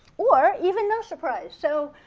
or even no surprise. so